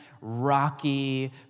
rocky